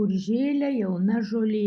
kur žėlė jauna žolė